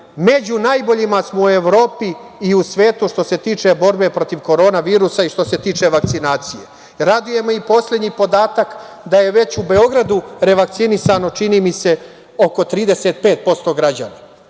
među najboljima smo u Evropi i u svetu što se tiče borbe protiv korona virusa i što se tiče vakcinacije. Raduje me i poslednji podatak da je već u Beogradu revakcinisano, čini mi se oko 35% građana. Dakle,